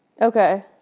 Okay